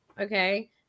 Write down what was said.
Okay